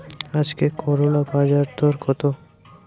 আজকে করলার বাজারদর কত?